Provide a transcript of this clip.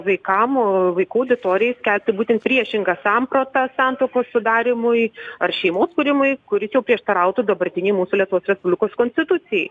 vaikam vaikų auditorijai skelbti būtent priešingą sampratą santuokos sudarymui ar šeimos kūrimui kuris jau prieštarautų dabartinei mūsų lietuvos respublikos konstitucijai